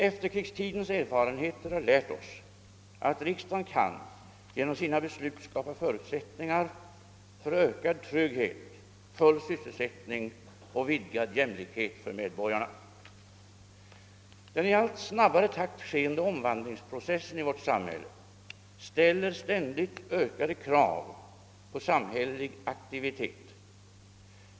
Efterkrigstidens erfarenheter har lärt oss att riksdagen kan genom sina beslut skapa förutsättningar för ökad trygghet, full sysselsättning och vidgad jämlikhet för medborgarna. Den i allt snabbare takt skeende omvandlingsprocessen i vårt samhälle ställer ständigt ökade krav på samhällelig aktivitet.